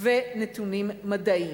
ונתונים מדעיים.